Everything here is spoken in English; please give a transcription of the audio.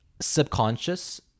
subconscious